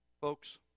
Folks